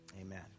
Amen